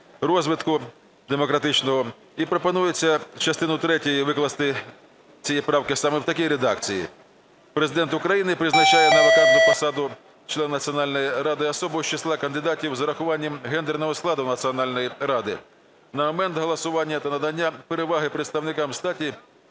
розвитку демократичного. І пропонується частину третю викласти цією правкою саме в такій редакції: "Президент України призначає на вакантну посаду члена Національної ради особу з числа кандидатів з урахуванням гендерного складу Національної ради на момент голосування та надання переваги представникам статі,